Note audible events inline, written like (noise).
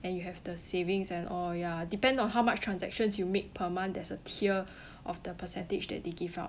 and you have the savings and all ya depend on how much transactions you make per month there's a tier (breath) of the percentage that they give out